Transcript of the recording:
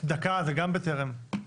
דקה זה גם בטרם.